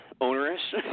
onerous